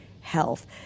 health